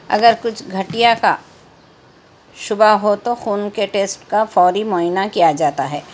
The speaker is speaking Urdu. اگر کچھ گٹھیا کا شبہہ ہو تو خون کے ٹیسٹ کا فوری معائنہ کیا جاتا ہے